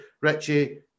Richie